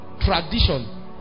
tradition